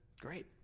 great